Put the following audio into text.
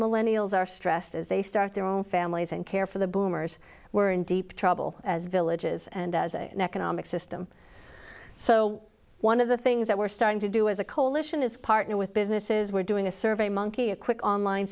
millennial are stressed as they start their own families and care for the boomers who are in deep trouble as villages and as an economic system so one of the things that we're starting to do as a coalition is partner with businesses we're doing a survey monkey a quick online